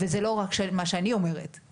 זה לא רק מה שאני אומרת,